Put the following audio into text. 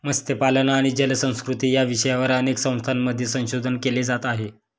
मत्स्यपालन आणि जलसंस्कृती या विषयावर अनेक संस्थांमध्ये संशोधन केले जात आहे